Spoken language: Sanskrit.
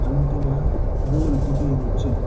अन्तिमः गोल् इति यद् उच्यते